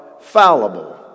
fallible